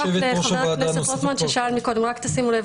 בייחוד כשמדובר על טיסות לחוץ לארץ, 12 יום זה